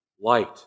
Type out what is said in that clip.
light